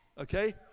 Okay